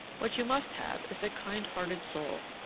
what you must have is a kind-hearted soul,